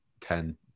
ten